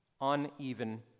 uneven